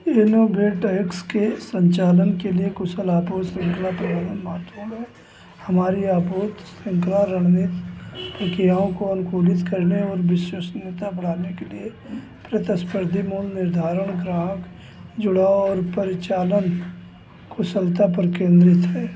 innovate X के संचालन के लिए कुशल श्रृंखला प्रबंधन महत्वपूर्ण है हमारी आपूर्ति श्रृंखला रणनीति प्रक्रियाओं को अनुकूलित करने और विश्वसनीयता बढ़ाने के लिए प्रतिस्पर्धी मूल्य निर्धारण ग्राहक जुड़ाव और परिचालन कुशलता पर केंद्रित है